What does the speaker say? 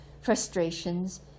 frustrations